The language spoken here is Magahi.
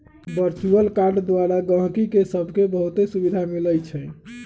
वर्चुअल कार्ड द्वारा गहकि सभके बहुते सुभिधा मिलइ छै